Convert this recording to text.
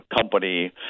company